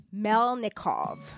Melnikov